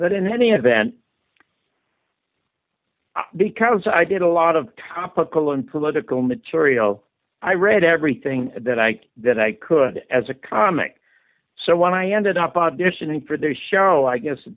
but in any event because i did a lot of topical and political material i read everything that i that i could as a comic so when i ended up auditioning for their show i guess the